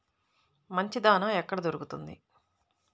మంచి దాణా ఎక్కడ దొరుకుతుంది?